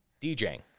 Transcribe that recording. djing